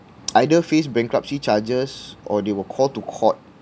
either face bankruptcy charges or they were called to court